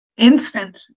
instant